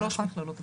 שלוש מכללות אפילו.